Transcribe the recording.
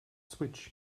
switch